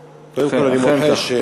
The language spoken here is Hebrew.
זלזול, אכן כך.